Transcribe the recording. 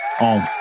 on